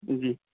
جی